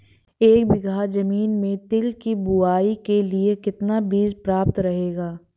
एक बीघा ज़मीन में तिल की बुआई के लिए कितना बीज प्रयाप्त रहेगा?